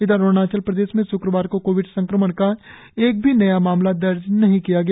इधर अरुणाचल प्रदेश में श्क्रवार को कोविड संक्रमण का एक भी नया मामले दर्ज नही किया गया